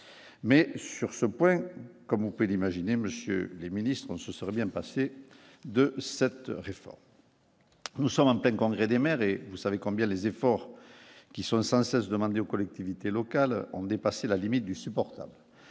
mais sur ce point comme on peut l'imaginer, monsieur les ministres se serait bien passé de cette réforme. Nous sommes en pleine congrès des maires, et vous savez combien les efforts qui sont sans cesse demander aux collectivités locales ont dépassé la limite du supportable